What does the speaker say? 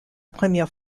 première